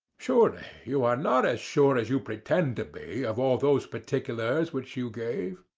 surely you are not as sure as you pretend to be of all those particulars which you gave.